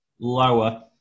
Lower